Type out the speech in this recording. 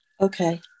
Okay